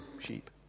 sheep